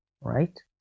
right